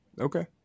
Okay